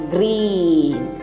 Green